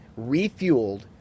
refueled